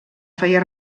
feia